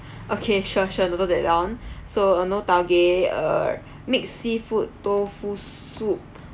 okay sure sure noted that down so uh no tau-geh uh mixed seafood tofu soup